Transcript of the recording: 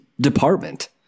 department